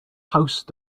house